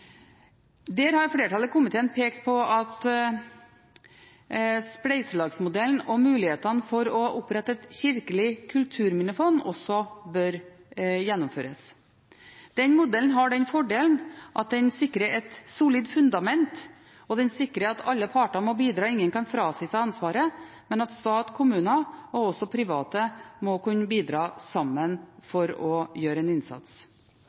Flertallet i komiteen har pekt på at spleiselagsmodellen og mulighetene for å opprette et kirkelig kulturminnefond også bør gjennomføres. Den modellen har den fordelen at den sikrer et solid fundament, og den sikrer at alle parter må bidra. Ingen kan frasi seg ansvaret, men stat, kommune og også private må kunne bidra sammen for å gjøre en innsats.